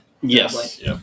Yes